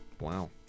Wow